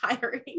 tiring